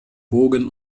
bogen